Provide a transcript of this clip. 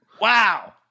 Wow